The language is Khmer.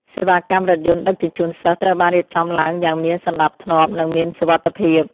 សេវាកម្មរថយន្តដឹកជញ្ជូនសិស្សត្រូវបានរៀបចំឡើងយ៉ាងមានសណ្តាប់ធ្នាប់និងមានសុវត្ថិភាព។